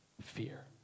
fear